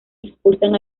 expulsan